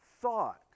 thought